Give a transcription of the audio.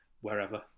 wherever